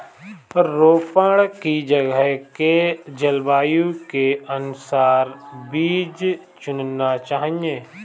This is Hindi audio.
रोपड़ की जगह के जलवायु के अनुसार बीज चुनना चाहिए